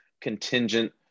contingent